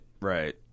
right